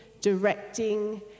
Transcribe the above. directing